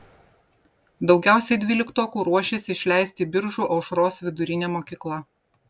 daugiausiai dvyliktokų ruošiasi išleisti biržų aušros vidurinė mokykla